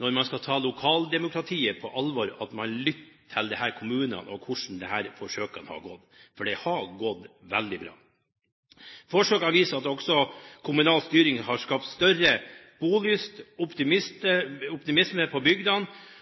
når man skal ta lokaldemokratiet på alvor, tror jeg det også er viktig at man lytter til disse kommunene og hører hvordan disse forsøkene har gått. For det har gått veldig bra. Forsøkene viser at kommunal styring har skapt større bolyst, optimisme